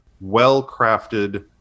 well-crafted